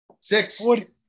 Six